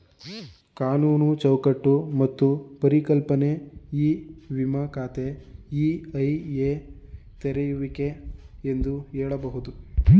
ಕಾನೂನು ಚೌಕಟ್ಟು ಮತ್ತು ಪರಿಕಲ್ಪನೆ ಇ ವಿಮ ಖಾತೆ ಇ.ಐ.ಎ ತೆರೆಯುವಿಕೆ ಎಂದು ಹೇಳಬಹುದು